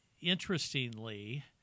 interestingly